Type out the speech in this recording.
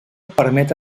permet